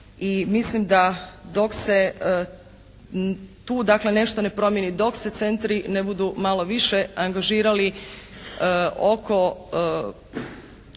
mislim da dok se tu dakle nešto ne promijeni, dok se centri ne budu malo više angažirali oko